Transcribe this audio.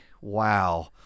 wow